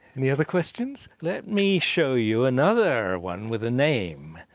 any other questions? let me show you another one with a name.